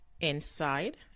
Inside